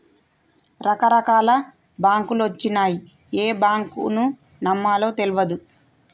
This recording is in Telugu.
రకరకాల బాంకులొచ్చినయ్, ఏ బాంకును నమ్మాలో తెల్వదు